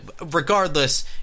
regardless